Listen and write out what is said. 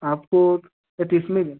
आपको मैं तीस में दे